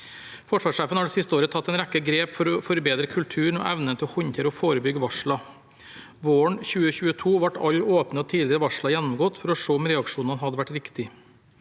Forsvarssjefen har det siste året tatt en rekke grep for å forbedre kulturen og evnen til å håndtere og forebygge varsler. Våren 2022 ble alle åpne og tidligere varsler gjennomgått for å se om reaksjonene hadde vært riktige.